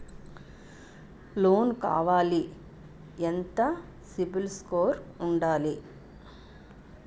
Loan కావాలి ఎంత CIBIL score ఉండాలి?